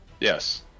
Yes